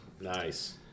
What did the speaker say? Nice